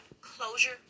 closure